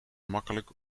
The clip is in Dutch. makkelijk